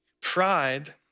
Pride